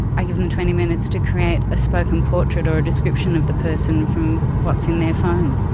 i give them twenty minutes to create a spoken portrait or a description of the person from what's in their phone.